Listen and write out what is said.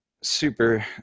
Super